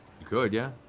you could, yeah,